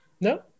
No